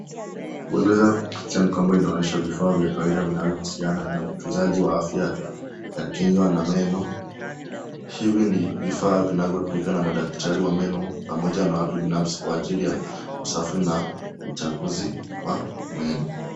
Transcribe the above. Kueleza picha ni kwamba inaonyesha vifaa vya kawaida vinavyohusiana na utunzaji wa afya ya kinywa na meno. Hivi ni vifaa vinavyotumika na madaktari wa meno pamoja na watu binafsi kwa ajili ya usafi na uchaguzi wa meno.